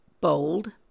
bold